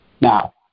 Now